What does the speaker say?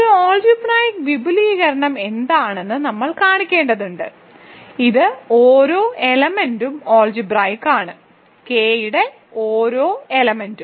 ഒരു അൾജിബ്രായിക്ക് വിപുലീകരണം എന്താണെന്ന് നമ്മൾ കാണിക്കേണ്ടതുണ്ട് ഇത് ഓരോ എലമെന്റും അൾജിബ്രായിക്ക് ആണ് കെ യുടെ ഓരോ എലമെന്റും